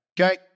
Okay